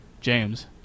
James